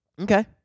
Okay